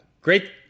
Great